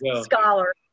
scholar